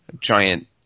giant